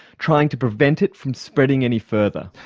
trying to prevent it from spreading any further.